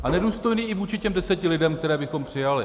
A nedůstojný i vůči těm deseti lidem, které bychom přijali.